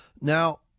Now